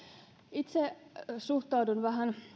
itse suhtaudun vähän